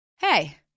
Hey